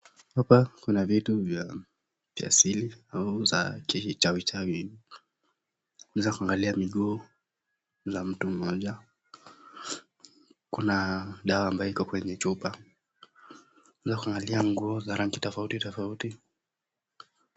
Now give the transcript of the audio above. Hapa kuna vitu vya kiasili au za kichawi chawi naweza kuangalia miguu ya mtu mmoja, kuna dawa ambayo iko kwenye chupa naweza kuangalia nguo za rangi tofauti tofauti.